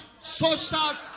Social